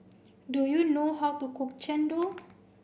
do you know how to cook Chendol